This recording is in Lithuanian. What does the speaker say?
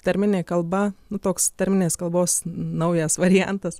tarminė kalba nu toks tarminės kalbos naujas variantas